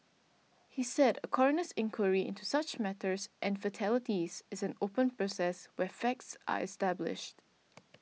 he said a coroner's inquiry into such matters and fatalities is an open process where facts are established